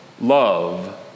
love